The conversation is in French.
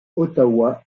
ottawa